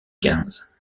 quinze